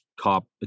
cop